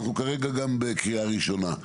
כרגע אנחנו בקריאה ראשונה,